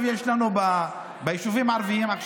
עושה שמות לרחובות ביישובים הערביים.